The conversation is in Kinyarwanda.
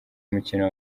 umukino